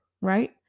right